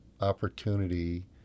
opportunity